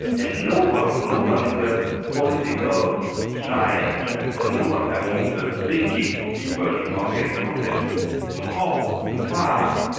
and no one no one in the political science and and no one among the thinking people in hungary understood how, why.